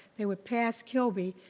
they would pass kilby,